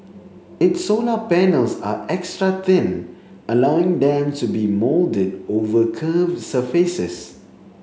its solar panels are extra thin allowing them to be moulded over curved surfaces